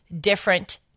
different